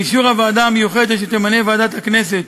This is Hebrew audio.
באישור הוועדה המיוחדת שתמנה ועדת הכנסת